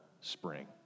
spring